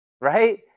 Right